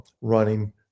running